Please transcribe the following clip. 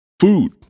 Food